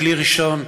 מכלי ראשון.